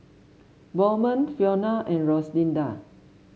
Bowman Fiona and Rosalinda